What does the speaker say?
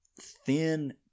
thin